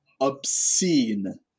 obscene